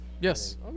Yes